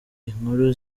inkuru